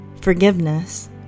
Forgiveness